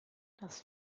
das